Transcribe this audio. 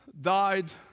died